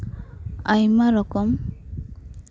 ᱟᱭᱢᱟ ᱨᱚᱠᱚᱢ